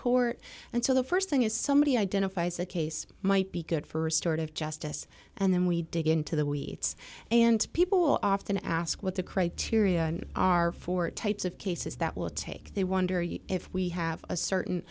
court and so the st thing is somebody identifies a case might be good for restorative justice and then we dig into the weeds and people often ask what the criteria are for types of cases that will take they wonder if we have a certain